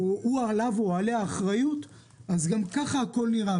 שעליו או עליה האחריות, אז גם ככה הכול נראה.